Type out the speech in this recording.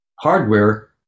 hardware